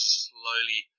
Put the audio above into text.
slowly